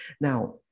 now